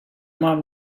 мав